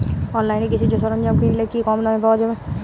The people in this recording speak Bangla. অনলাইনে কৃষিজ সরজ্ঞাম কিনলে কি কমদামে পাওয়া যাবে?